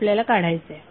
हे आपल्याला काढायचे आहे